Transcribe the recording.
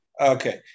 Okay